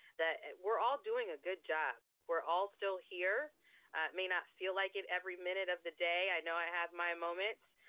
that we're all doing a good job. we're all still here. it may not feel like it every minute of the day. i know i have my moments,